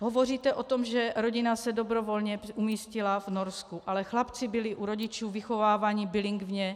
Hovoříte o tom, že rodina se dobrovolně umístila v Norsku, ale chlapci byli u rodičů vychováváni bilingvně.